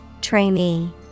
Trainee